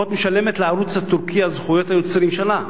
"הוט" משלמת לערוץ הטורקי על זכויות היוצרים שלו.